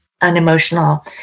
unemotional